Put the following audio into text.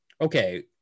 Okay